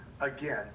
again